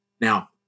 Now